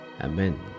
Amen